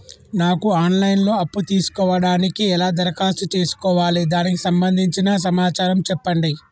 నాకు online లో అప్పు తీసుకోవడానికి ఎలా దరఖాస్తు చేసుకోవాలి దానికి సంబంధించిన సమాచారం చెప్పండి?